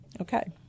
Okay